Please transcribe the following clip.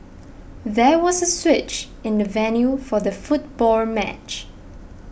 there was a switch in the venue for the football match